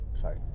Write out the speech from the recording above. sorry